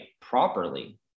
properly